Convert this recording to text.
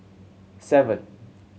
seven